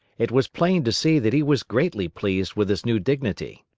it was plain to see that he was greatly pleased with his new dignity.